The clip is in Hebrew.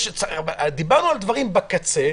דיברנו על דברים בקצה,